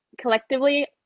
collectively